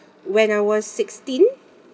when I was sixteen